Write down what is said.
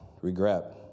regret